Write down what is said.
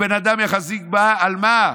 ובן אדם יחזיק בה" על מה?